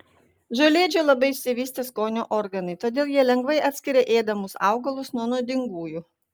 žolėdžių labai išsivystę skonio organai todėl jie lengvai atskiria ėdamus augalus nuo nuodingųjų